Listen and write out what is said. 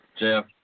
Jeff